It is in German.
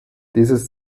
dieses